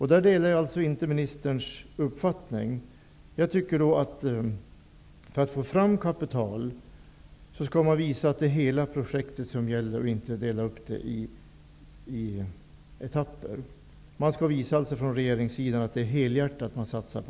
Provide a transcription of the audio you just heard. Här delar jag inte ministerns uppfattning. För att få fram kapital måste man tala om hela projektet och inte dela upp det i etapper. Regeringen måste visa att man satsar helhjärtat på detta.